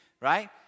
right